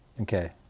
Okay